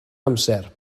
amser